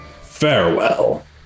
Farewell